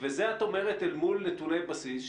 את זה את אומרת אל מול נתוני בסיס,